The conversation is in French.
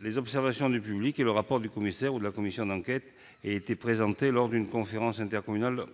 les observations du public et le rapport du commissaire ou de la commission d'enquête aient été présentés lors d'une conférence intercommunale